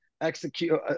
execute